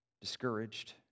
discouraged